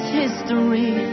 history